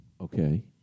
Okay